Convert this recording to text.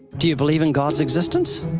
do you believe in god's existence?